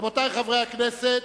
רבותי חברי הכנסת,